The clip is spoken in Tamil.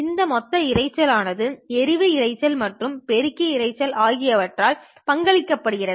இந்த மொத்த இரைச்சல் ஆனது எறிவு இரைச்சல் மற்றும் பெருக்கி இரைச்சல் ஆகியவற்றால் பங்களிக்கப்படுகிறது